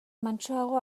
mantsoago